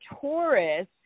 taurus